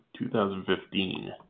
2015